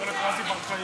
(תיקון,